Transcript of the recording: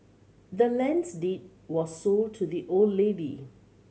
the land's deed was sold to the old lady